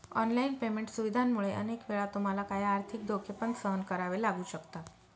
online payment सुविधांमुळे अनेक वेळा तुम्हाला काही आर्थिक धोके पण सहन करावे लागू शकतात